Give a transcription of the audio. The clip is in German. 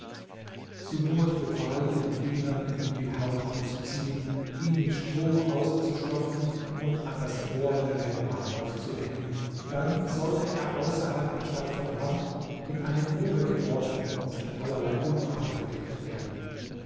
sumurd befahl ihren dienern ihm die haut abzuziehen ihn mit stroh auszustopfen und an das tor der rennbahn aufzuhängen dann sollte er außerhalb der stadt verbrannt in eine grube geworfen und mit allerlei unrat bedeckt werden